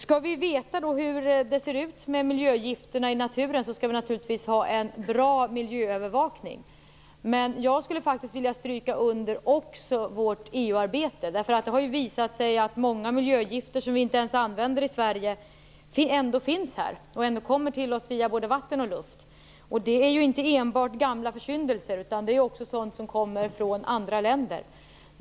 Skall vi veta hur det ser ut med miljögifterna i naturen skall vi naturligtvis ha en bra miljöövervakning. Men jag skulle faktiskt också vilja stryka under vårt EU-arbete. Det har ju visat sig att många miljögifter, som vi inte ens använder i Sverige, ändå kommer till oss via både vatten och luft och finns här. Det handlar alltså inte enbart om gamla försyndelser, utan det är också sådant som kommer från andra länder.